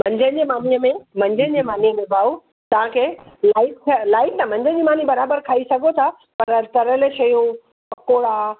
मंझंदि जे मानीअ में मंझंदि जे मानीअ में भाऊ तव्हांखे लाइट न लाइट न मंझंदि जी मानी बराबरु खाई सघो था पर तरियल शयूं पकोड़ा